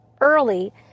early